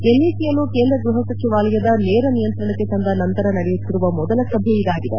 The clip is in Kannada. ಎನ್ಇಸಿಯನ್ನು ಕೇಂದ್ರ ಗೃಪಸಚಿವಾಲಯದ ನೇರ ನಿಯಂತ್ರಣಕ್ಕೆ ತಂದ ನಂತರ ನಡೆಯುತ್ತಿರುವ ಮೊದಲ ಸಭೆ ಇದಾಗಿದೆ